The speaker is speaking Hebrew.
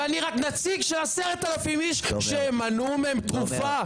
ואני רק נציג של 10,000 איש שהם מנעו מהם תרופה.